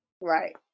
Right